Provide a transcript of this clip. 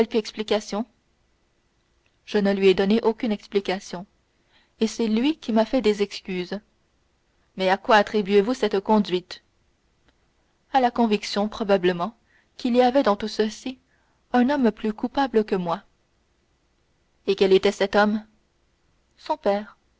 explication je ne lui ai donné aucune explication et c'est lui qui m'a fait des excuses mais à quoi attribuez vous cette conduite à la conviction probablement qu'il y avait dans tout ceci un homme plus coupable que moi et quel était cet homme son père